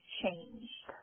changed